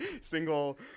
single